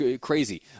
crazy